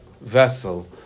vessel